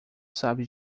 sabe